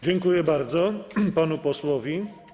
Dziękuję bardzo panu posłowi.